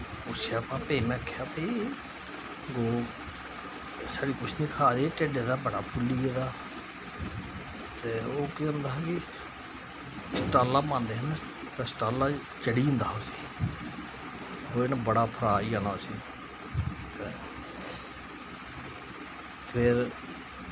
पुच्छेआ पापा गी में आखेआ भई एह् गौ कुछ निं खा दी ढिड्ढ एह्दा बड़ा फुल्ली गेदा ते ओह् केह् होंदा हा कि शटाला पांदे हे न ते शटाला चढ़ी जंदा हा उसी ते ओहदे नै बड़ा फलाऽ होई जाना उसी ते फिर